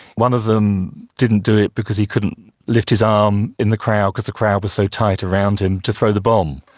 one of them didn't do it because he couldn't lift his arm um in the crowd because the crowd was so tight around him to throw the bomb.